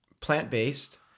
Plant-based